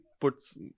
puts